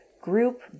group